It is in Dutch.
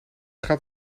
gaat